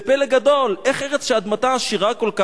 זה פלא גדול, איך ארץ שאדמתה עשירה כל כך,